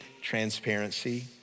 transparency